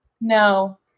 No